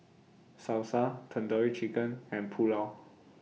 Salsa Tandoori Chicken and Pulao